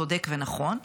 צודק ונכון,